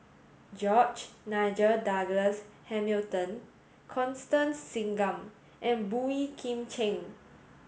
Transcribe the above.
George Nigel Douglas Hamilton Constance Singam and Boey Kim Cheng